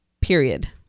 Period